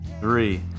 three